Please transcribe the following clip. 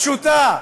פשוטה,